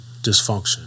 Dysfunction